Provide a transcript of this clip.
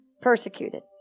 Persecuted